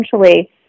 essentially